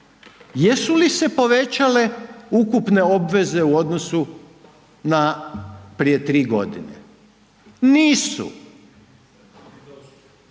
Jesu li se povećale ukupne obveze u odnosu na prije 3.g.? Nisu,